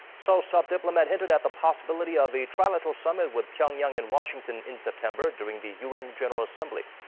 seoul's top diplomat hinted at the possibility of a trilateral summit with pyongyang, and washington in september, during the un general assembly.